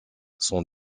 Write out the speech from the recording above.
sont